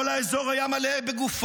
"כל האזור היה מלא בגופות",